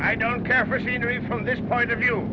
i don't care for scenery from this point of view